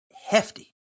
hefty